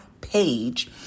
page